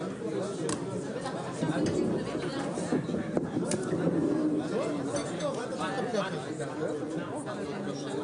בכל החישובים שיש לכם צריך לתת את המענה שהשתקף